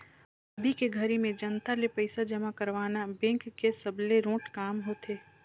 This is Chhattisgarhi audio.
अभी के घरी में जनता ले पइसा जमा करवाना बेंक के सबले रोंट काम होथे